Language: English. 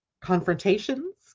confrontations